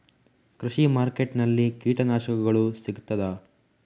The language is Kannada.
ಕೃಷಿಮಾರ್ಕೆಟ್ ನಲ್ಲಿ ಕೀಟನಾಶಕಗಳು ಸಿಗ್ತದಾ?